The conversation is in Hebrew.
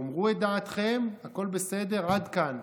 תאמרו את דעתכם, הכול בסדר, עד כאן.